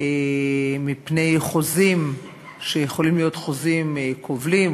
מפני חוזים שיכולים להיות חוזים כובלים,